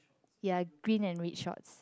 ya green and red shorts